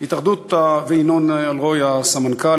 וינון אלרועי הסמנכ"ל,